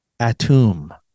Atum